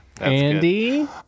Andy